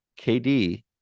KD